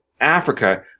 Africa